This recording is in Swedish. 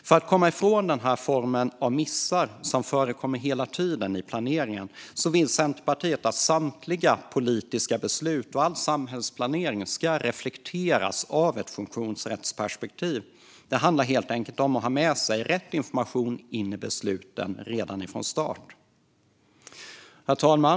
För att komma ifrån sådana missar, som förekommer hela tiden i planeringen, vill Centerpartiet att samtliga politiska beslut och all samhällsplanering ska reflekteras av ett funktionsrättsperspektiv. Det handlar helt enkelt om att ha med sig rätt information in i besluten redan ifrån start. Herr talman!